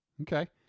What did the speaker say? Okay